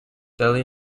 deli